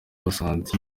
basanze